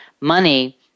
Money